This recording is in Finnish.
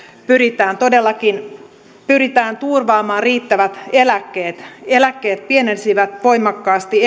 pyritään todellakin pyritään turvaamaan riittävät eläkkeet eläkkeet pienenisivät voimakkaasti